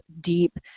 deep